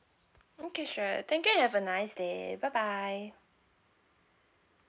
okay sure thank you and have a nice day bye bye